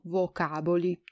vocaboli